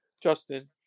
Justin